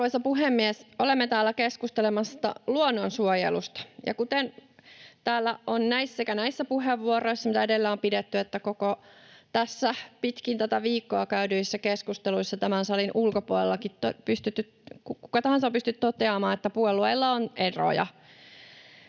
Arvoisa puhemies! Olemme täällä keskustelemassa luonnonsuojelusta, ja sekä näistä puheenvuoroista, mitä täällä on edellä pidetty, että tässä pitkin koko tätä viikkoa käydyistä keskusteluista tämän salin ulkopuolellakin kuka tahansa on pystynyt toteamaan, että puolueilla on eroja.